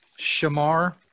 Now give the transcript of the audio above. Shamar